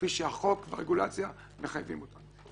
כפי שהחוק והרגולציה מחייבים אותנו.